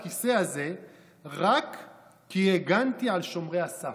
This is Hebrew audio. רק כי הגנתי על שומרי הסף.